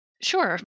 Sure